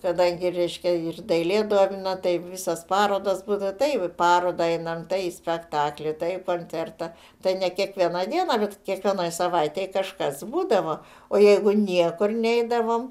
kadangi reiškia ir dailė domino tai visos parodos būdavo tai į parodą einam tai į spektaklį tai į koncertą tai ne kiekvieną dieną bet kiekvienoj savaitėj kažkas būdavo o jeigu niekur neeidavom